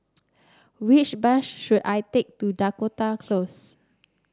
which bus should I take to Dakota Close